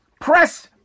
press